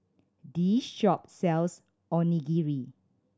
this shop sells Onigiri